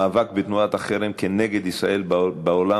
מס' 3158: המאבק בתנועת החרם כנגד ישראל בעולם